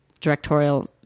directorial